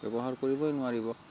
ব্যৱহাৰ কৰিবই নোৱাৰিব